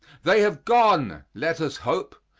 they have gone, let us hope,